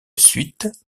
suite